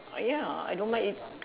ya I don't mind eat